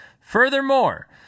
Furthermore